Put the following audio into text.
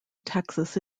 texas